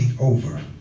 over